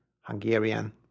Hungarian